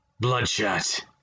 Bloodshot